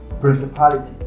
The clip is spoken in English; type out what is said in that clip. principality